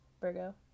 Virgo